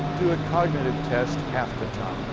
do a cognitive test half the